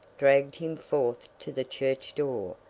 dragged him forth to the church door,